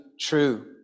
true